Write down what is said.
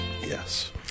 Yes